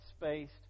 spaced